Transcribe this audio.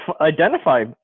identify